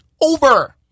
over